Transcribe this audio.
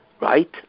right